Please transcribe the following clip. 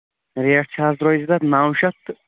rate چھا حظ درٛۅج تتھ نو شَتھ تہٕ